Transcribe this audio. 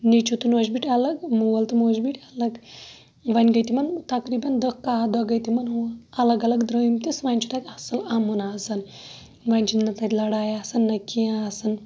نیٚچوٗ تہٕ نۄش بیٖٹھۍ اَلَگ مول تہٕ موج بیٖٹھۍ اَلَگ وۄنۍ گے تِمَن تَقریباً داہہ کاہہ دۄہہ گے تِمَن اَلَگ اَلَگ درامۍتِس وۄنۍ چھُ تَتہِ اَصل اَمن آز زَن وۄنۍ چھِ نہ تَتہِ لَڑاے آسان نہ کینٛہہ آسان